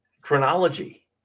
chronology